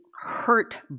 hurt